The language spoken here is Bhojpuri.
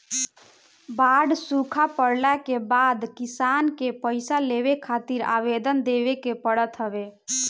बाढ़ सुखा पड़ला के बाद किसान के पईसा लेवे खातिर आवेदन देवे के पड़त हवे